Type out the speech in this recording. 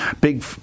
big